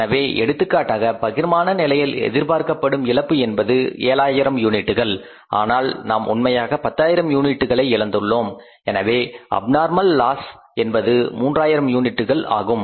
எனவே எடுத்துக்காட்டாக பகிர்மான நிலையில் எதிர்பார்க்கப்படும் இழப்பு என்பது 7000 யூனிட்டுகள் ஆனால் நாம் உண்மையாக பத்தாயிரம் யூனிட்டுகளை இழந்துள்ளோம் எனவே அப்நார்மல் லாஸ் என்பது 3000 யூனிட்டுகள் ஆகும்